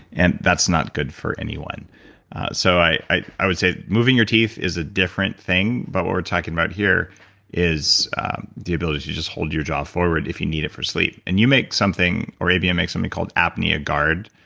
and that's not good for anyone so i i would say moving your teeth is a different thing, but what we're talking about here is the ability to just hold your jaw forward if you need it for sleep. and you make something or abm makes something called apnea guard,